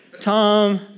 Tom